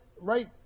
right